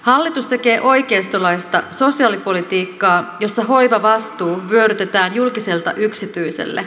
hallitus tekee oikeistolaista sosiaalipolitiikkaa jossa hoivavastuu vyörytetään julkiselta yksityiselle